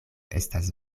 estas